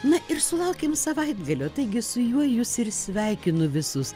na ir sulaukėm savaitgalio taigi su juo jus ir sveikinu visus